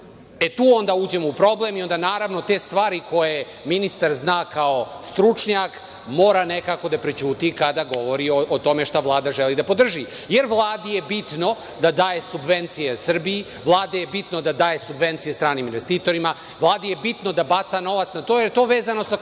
tu onda uđemo u problem i onda, naravno, te stvari koje ministar zna kao stručnjak, mora nekako da prećuti kada govori o tome šta Vlada želi da podrži, jer Vladi je bitno da daje subvencije Srbiji, Vladi je bitno da daje subvencije stranim investitorima, Vladi je bitno da baca novac. To je vezano za korupcijom.